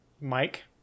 mike